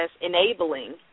enabling